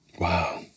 Wow